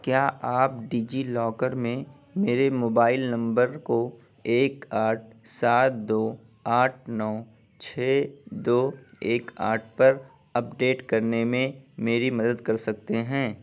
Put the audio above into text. کیا آپ DigiLocker میں میرے موبائل نمبر کو ایک آٹھ سات دو آٹھ نو چھ دو ایک آٹھ پر اپ ڈیٹ کرنے میں میری مدد کر سکتے ہیں